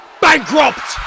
bankrupt